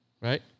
right